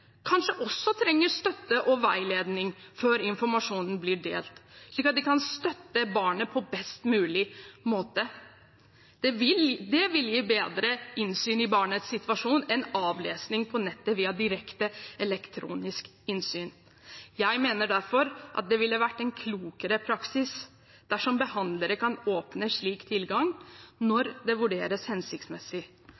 kanskje også trenger støtte og veiledning før informasjonen blir delt, slik at de kan støtte barnet på best mulig måte. Det vil gi bedre innsyn i barnets situasjon enn avlesning på nettet via direkte elektronisk innsyn. Jeg mener derfor at det ville vært en klokere praksis dersom behandlere kan åpne slik tilgang når